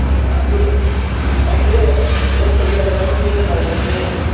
ꯑꯗꯣ ꯑꯩꯁꯦ ꯁꯣꯝꯗ ꯆꯠꯊꯣꯛꯀꯦꯅ ꯇꯧꯔꯝꯃꯤꯅꯦ